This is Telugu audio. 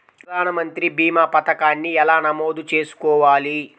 ప్రధాన మంత్రి భీమా పతకాన్ని ఎలా నమోదు చేసుకోవాలి?